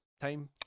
time